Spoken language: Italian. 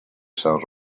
san